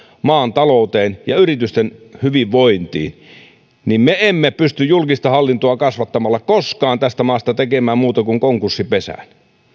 maan talouteen ja yritysten hyvinvointiin niin me emme pysty julkista hallintoa kasvattamalla koskaan tästä maasta tekemään muuta kuin konkurssipesän